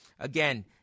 Again